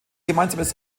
gemeinsames